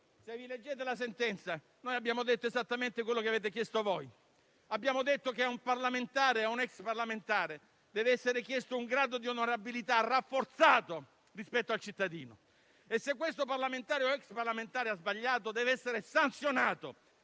Se leggete la sentenza, noi abbiamo detto esattamente quello che avete chiesto voi: abbiamo detto che a un parlamentare o a un ex parlamentare deve essere chiesto un grado di onorabilità rafforzato rispetto al cittadino e se questo parlamentare o ex parlamentare ha sbagliato deve essere sanzionato;